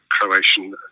Croatian